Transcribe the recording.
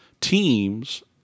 teams